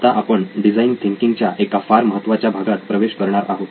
आता आपण design thinking च्या एका फार महत्वाच्या भागात प्रवेश करणार आहोत